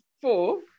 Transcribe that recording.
four